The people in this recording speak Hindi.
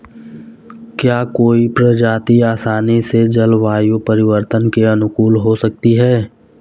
क्या कोई प्रजाति आसानी से जलवायु परिवर्तन के अनुकूल हो सकती है?